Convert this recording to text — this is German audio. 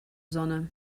sonne